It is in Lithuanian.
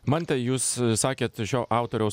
mante jūs sakėt šio autoriaus